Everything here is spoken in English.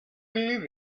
believe